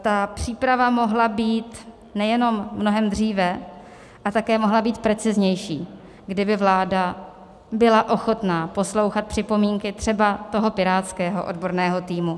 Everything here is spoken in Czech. Ta příprava mohla být nejenom mnohem dříve a také mohla být preciznější, kdyby vláda byla ochotna poslouchat připomínky třeba pirátského odborného týmu.